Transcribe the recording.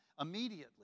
immediately